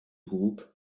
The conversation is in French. groupe